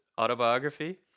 Autobiography